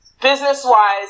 business-wise